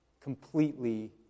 completely